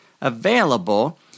available